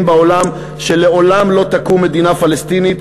בעולם שלעולם לא תקום מדינה פלסטינית,